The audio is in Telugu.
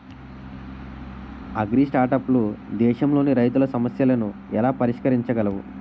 అగ్రిస్టార్టప్లు దేశంలోని రైతుల సమస్యలను ఎలా పరిష్కరించగలవు?